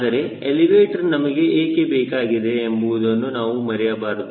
ಆದರೆ ಎಲಿವೇಟರ್ ನಮಗೆ ಏಕೆ ಬೇಕಾಗಿದೆ ಎಂಬುವುದನ್ನು ನಾವು ಮರೆಯಬಾರದು